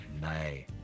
Nay